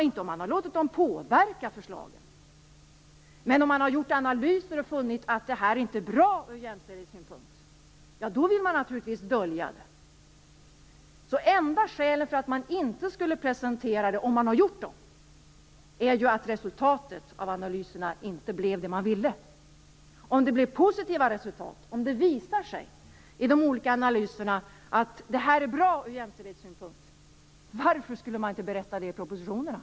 Inte om man har låtit dem påverka förslagen. Men om man har gjort analyser och funnit att något inte är bra ur jämställdhetssynpunkt, då vill man naturligtvis dölja det. Enda skälet att man inte skulle presentera analyserna, om man har gjort dem, är att resultatet av dem inte blivit det man ville. Om det blivit positiva resultat, om det visat sig i de olika analyserna att det här är bra ur jämställdhetssynpunkt, varför skulle man då inte berätta det i propositionerna?